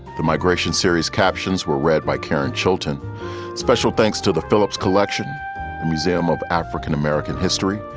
the migration series captions were read by karen chilton special thanks to the phillips collection, a museum of african-american history,